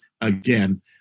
again